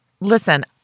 listen